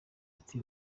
ati